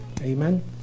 Amen